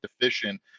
deficient